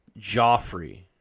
Joffrey